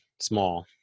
small